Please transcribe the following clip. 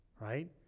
right